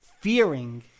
fearing